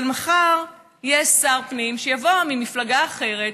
אבל מחר יהיה שר פנים שיבוא ממפלגה אחרת,